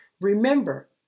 Remember